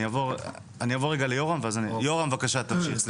אני עובר ליורם ארנשטיין, בבקשה תמשיך.